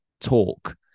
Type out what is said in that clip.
talk